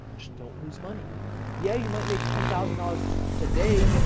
just don't lose money yeah, you might make ten thousand dollars today,